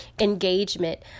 engagement